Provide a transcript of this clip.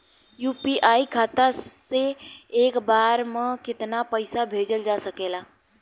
UPI खाता से एक बार म केतना पईसा भेजल जा सकेला?